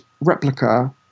replica